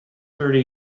thirty